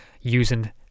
using